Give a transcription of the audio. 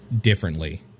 differently